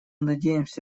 надеемся